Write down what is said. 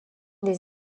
des